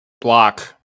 Block